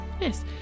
Yes